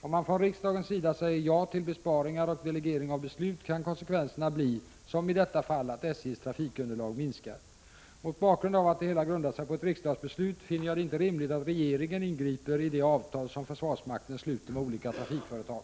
Om man från riksdagens sida säger ja till besparingar och delegering av beslut kan konsekvenserna bli, som i detta fall, att SJ:s trafikunderlag minskar. Mot bakgrund av att det hela grundar sig på ett riksdagsbeslut finner jag det inte rimligt att regeringen ingriper i de avtal som försvarsmakten sluter med olika trafikföretag.